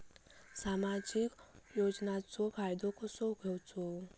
सामाजिक योजनांचो फायदो कसो घेवचो?